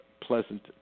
pleasant